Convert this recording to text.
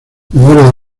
memoria